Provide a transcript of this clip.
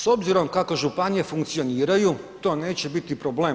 S obzirom kako županije funkcioniraju to neće biti problem.